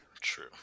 True